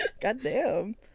goddamn